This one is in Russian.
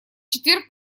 четверг